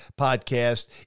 podcast